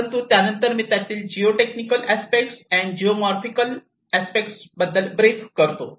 परंतु त्यानंतर मी त्यातील geotechnical aspect and geomorphological aspect बद्दल ब्रीफ करतो